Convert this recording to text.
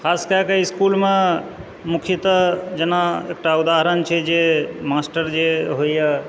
खास कए क इसकुलमे मुख्यतः जेना एकटा उदहारण छै जे मास्टर जे होइए